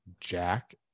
Jack